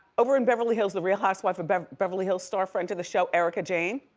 over in beverly hills, the real housewives of beverly beverly hills star friend to the show, erica jane,